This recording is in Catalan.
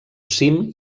cim